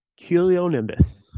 Culeonimbus